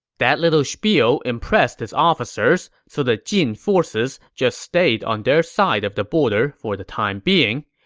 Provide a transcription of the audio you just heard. that little spiel impressed his officers, so the jin forces just stayed on their side of the border for the time being.